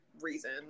reason